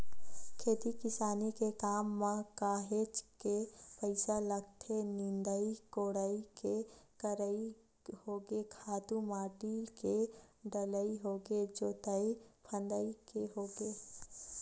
खेती किसानी के काम म काहेच के पइसा लगथे निंदई कोड़ई के करई होगे खातू माटी के डलई होगे जोतई फंदई के होगे